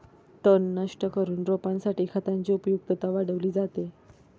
तण नष्ट करून रोपासाठी खतांची उपयुक्तता वाढवली जाते